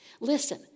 Listen